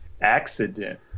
accident